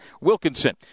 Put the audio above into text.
Wilkinson